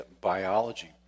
biology